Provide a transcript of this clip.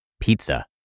Pizza